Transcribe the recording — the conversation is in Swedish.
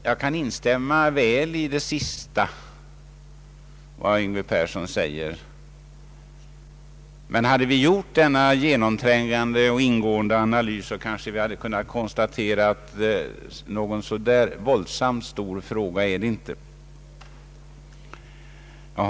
Jag kan instämma i det herr Yngve Persson senast sade, men om vi hade gjort den genomträngande och ingående analysen hade vi kanske kunnat konstatera att denna fråga inte är så våldsamt stor. Herr talman!